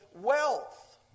wealth